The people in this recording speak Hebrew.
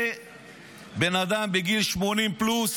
זה בן אדם בגיל 80 פלוס